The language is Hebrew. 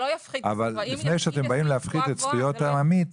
אבל לפני שאתם באים להפחית את זכויות העמית